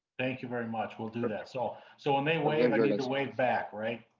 thank you very much. we'll do this all so in a way and i went back right.